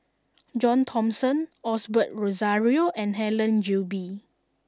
John Thomson Osbert Rozario and Helen Gilbey